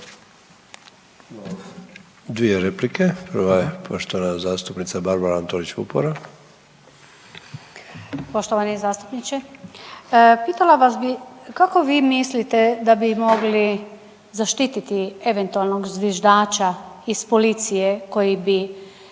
Dvije replike, prva je poštovana zastupnica Barbara Antolić Vupora. **Antolić Vupora, Barbara (SDP)** Poštovani zastupniče. Pitala vas bi kako vi mislite da bi mogli zaštititi eventualnog zviždača iz policije koji bi